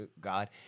God